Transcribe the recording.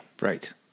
Right